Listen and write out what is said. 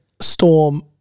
Storm